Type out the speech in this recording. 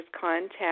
contact